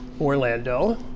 Orlando